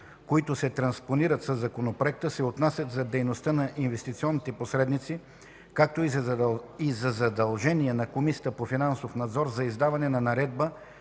които се транспонират със Законопроекта, се отнасят за дейността на инвестиционните посредници, както и за задължение за Комисията по финансов надзор за издаване на наредба